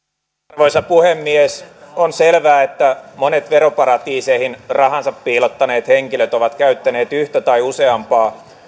arvoisa puhemies on selvää että monet veroparatiiseihin rahansa piilottaneet henkilöt ovat käyttäneet yhtä tai useampaa